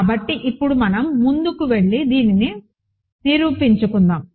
కాబట్టి ఇప్పుడు మనం ముందుకు వెళ్లి దీనిని నిరూపించుకుందాం